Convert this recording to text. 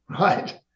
right